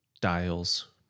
dials